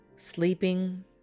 sleeping